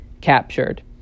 captured